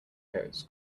coats